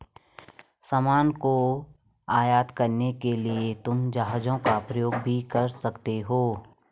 सामान को आयात करने के लिए तुम जहाजों का उपयोग भी कर सकते हो